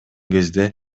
кезде